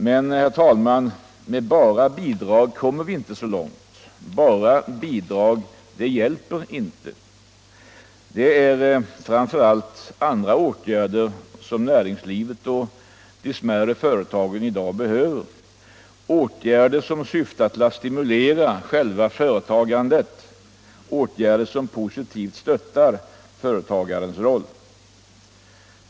Men, herr talman, med bara bidrag kommer vi inte så långt; enbart bidrag hjälper inte! Det är framför allt andra åtgärder som näringslivet och de smärre företagen i dag behöver —- åtgärder som syftar till att stimulera själva företagandet, åtgärder som positivt stöttar företagarens roll.